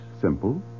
simple